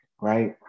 right